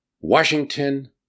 Washington